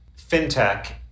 fintech